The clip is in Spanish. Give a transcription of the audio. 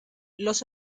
los